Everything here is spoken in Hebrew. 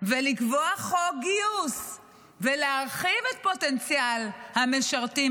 ולקבוע חוק גיוס ולהרחיב את פוטנציאל המשרתים